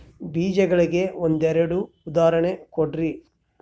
ಬೇಜಗಳಿಗೆ ಒಂದೆರಡು ಉದಾಹರಣೆ ಕೊಡ್ರಿ?